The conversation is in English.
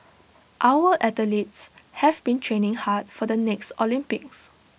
our athletes have been training hard for the next Olympics